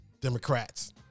Democrats